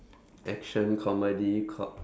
action comedy cop